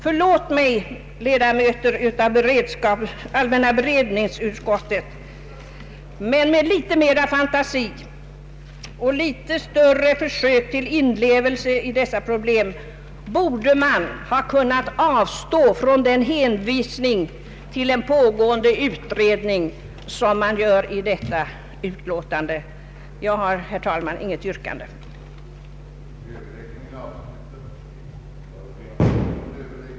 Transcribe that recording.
Förlåt mig, ledamöter av allmänna beredningsutskottet, med litet mer fantasi och med litet större försök till inlevelse i dessa problem borde man ha kunnat avstå från den hänvisning till en pågående utredning som man gör i detta utlåtande. Jag har, herr talman, intet yrkande.